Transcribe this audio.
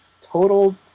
total